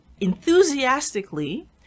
enthusiastically